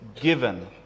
given